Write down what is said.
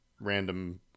random